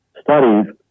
studies